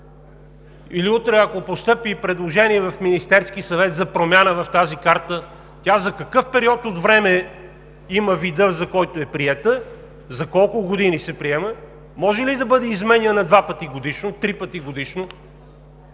Или утре, ако постъпи предложение в Министерския съвет за промяна в тази карта, тя за какъв период от време ще има вида, за който е приета, за колко години се приема, може ли да бъде изменяна два пъти годишно, три пъти годишно?